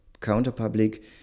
counterpublic